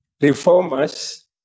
reformers